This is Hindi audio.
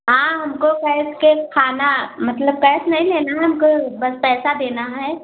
हाँ हमको बैठ कर खाना मतलब केस नहीं लेना हमको बस पैसा देना है